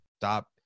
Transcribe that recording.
Stop